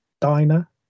diner